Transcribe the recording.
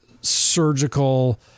surgical